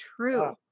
true